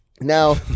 Now